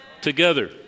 together